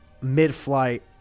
mid-flight